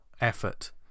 effort